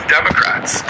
Democrats